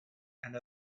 and